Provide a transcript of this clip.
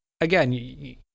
again